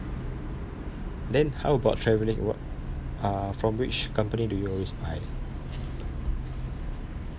then how about travelling wh~ uh from which company do you always buy